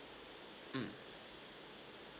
mm